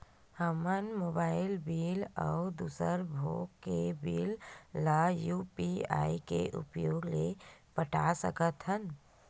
हमन mobile bill अउ दूसर भोग के बिल ला यू.पी.आई के उपयोग से पटा सकथन